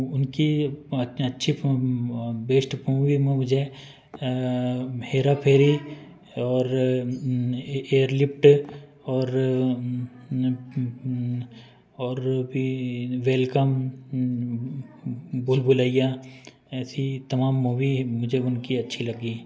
उनकी अच्छी best movie मुझे हेरा फेरी और एयरलिप्ट और और भी वेल्कोम भूल भुलैया ऐसी तमाम मूवी मुझे उनकी अच्छी लगी